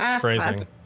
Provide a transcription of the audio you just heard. Phrasing